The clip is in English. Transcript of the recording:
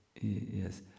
Yes